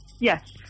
Yes